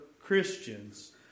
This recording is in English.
Christians